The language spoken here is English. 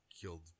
killed